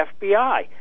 FBI